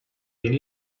yeni